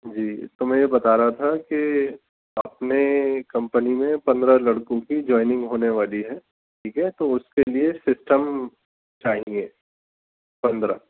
جی تو میں یہ بتا رہا تھا کہ اپنے کمپنی میں پندرہ لڑکوں کی جوائنگ ہونے والی ہے ٹھیک ہے تو اس کے لیے سسٹم چاہیے پندرہ